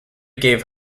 gave